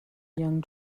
young